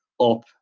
up